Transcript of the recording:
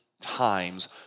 times